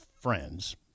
friends